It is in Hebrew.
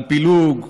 על פילוג,